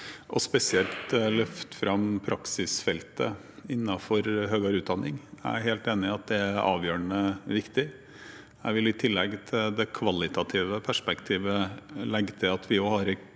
for spesielt å løfte fram praksisfeltet innenfor høyere utdanning. Jeg er helt enig i at det er avgjørende viktig. Jeg vil i tillegg til det kvalitative perspektivet legge til at vi også har